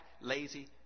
lazy